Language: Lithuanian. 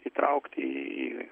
įtraukti į